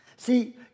See